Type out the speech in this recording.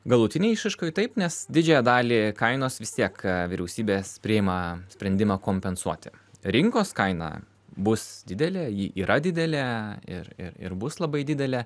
galutinėj išraiškoj taip nes didžiąją dalį kainos vis tiek vyriausybės priima sprendimą kompensuoti rinkos kaina bus didelė ji yra didelė ir ir ir bus labai didelė